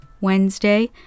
Wednesday